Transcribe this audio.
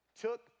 took